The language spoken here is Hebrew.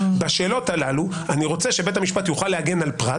בשאלות הללו אני רוצה שבית המשפט יוכל להגן על פרט.